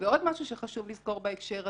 ועוד משהו שחשוב לזכור בהקשר הזה,